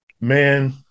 Man